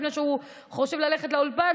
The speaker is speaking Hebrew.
לפני שהוא חושב ללכת לאולפן,